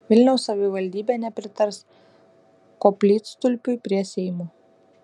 vilniaus savivaldybė nepritars koplytstulpiui prie seimo